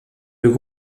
deux